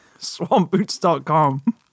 Swampboots.com